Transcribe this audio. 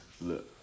look